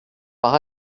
par